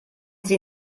sie